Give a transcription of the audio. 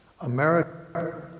America